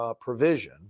provision